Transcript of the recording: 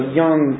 young